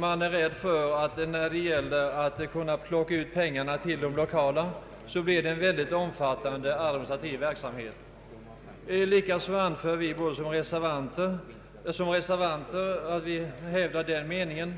Man är rädd för att administrationsarbetet blir för omfattande om stödet skall utbetalas till de lokala organisationerna. Likaså hävdar vi som reservanter den meningen